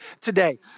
today